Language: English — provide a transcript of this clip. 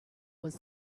was